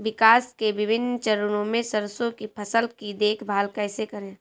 विकास के विभिन्न चरणों में सरसों की फसल की देखभाल कैसे करें?